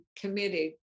committed